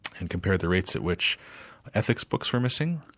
and compared the rates at which ethics books were missing,